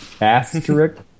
Asterisk